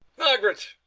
margaret!